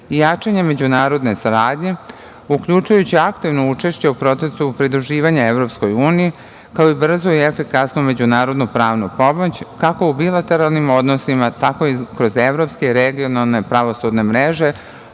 i jačanje međunarodne saradnje, uključujući aktivno učešće u procesu pridruživanja EU, kao i brzu i efikasnu međunarodno-pravnu pomoć, kako u bilateralnim odnosima, tako i kroz evropske, regionalne pravosudne mreže